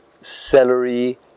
celery